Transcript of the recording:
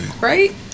Right